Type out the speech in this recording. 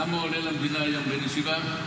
כמה עולה למדינה בן ישיבה?